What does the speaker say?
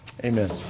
Amen